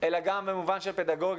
אלא גם במובן של פדגוגיה,